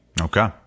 Okay